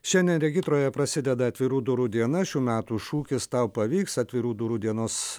šiandien regitroje prasideda atvirų durų diena šių metų šūkis tau pavyks atvirų durų dienos